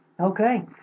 Okay